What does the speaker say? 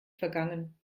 vergangen